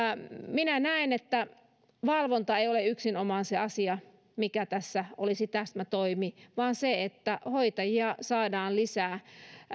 minä näen että valvonta yksinomaan ei ole se asia mikä tässä olisi täsmätoimi vaan se että hoitajia saadaan lisää